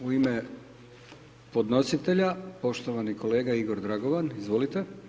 U ime podnositelja, poštovani kolega Igor Dragovan, izvolite.